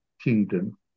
kingdom